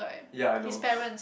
ya I know